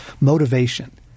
Motivation